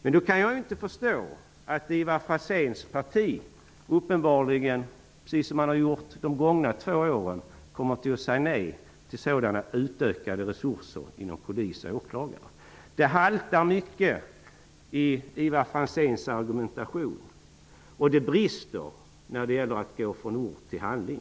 Men då kan jag inte förstå att Ivar Franzéns parti, precis som man har gjort under de gångna två åren, uppenbarligen kommer att säga nej till sådana utökade resurser inom polis och åklagarväsendet. Det haltar mycket i Ivar Franzéns argumentation, och det brister när det gäller att gå från ord till handling.